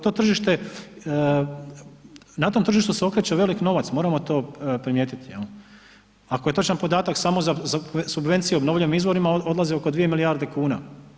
To tržište, na tom tržištu se okreće velik novac moramo to primijetiti, ako je točan podatak samo za subvencije obnovljivim izvorima odlaze oko 2 milijarde kuna.